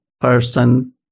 Person